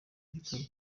gikorwa